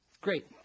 Great